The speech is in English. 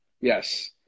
Yes